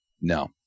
No